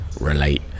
relate